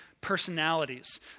personalities